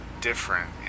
different